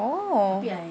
oh